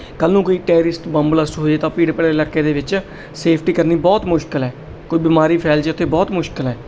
ਕੱਲ ਨੂੰ ਕੋਈ ਟੈਰਰਿਸਟ ਬੰਬ ਬਲਾਸਟ ਹੋ ਜੇ ਤਾਂ ਭੀੜ ਭਰੇ ਇਲਾਕੇ ਦੇ ਵਿੱਚ ਸੇਫਟੀ ਕਰਨੀ ਬਹੁਤ ਮੁਸ਼ਕਿਲ ਹੈ ਕੋਈ ਬਿਮਾਰੀ ਫੈਲ ਜੇ ਉੱਥੇ ਬਹੁਤ ਮੁਸ਼ਕਿਲ ਹੈ